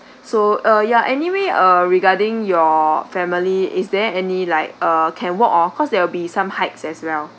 so uh yeah anyway uh regarding your family is there any like uh can walk or cause there will be some hikes as well